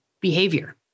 behavior